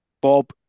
Bob